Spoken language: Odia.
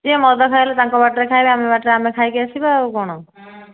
ସେ ମଦ ଖାଇଲେ ତାଙ୍କ ବାଟରେ ଖାଇବେ ଆମ ବାଟରେ ଆମେ ଖାଇକି ଆସିବା ଆଉ କ'ଣ